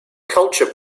culture